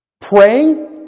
praying